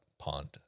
Pond